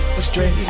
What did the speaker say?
astray